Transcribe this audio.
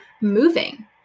moving